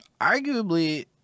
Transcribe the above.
Arguably